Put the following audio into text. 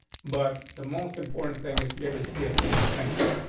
but the most important thing is here to see assess extension.